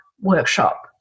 workshop